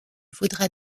vaudra